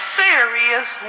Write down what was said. serious